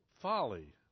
folly